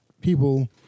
people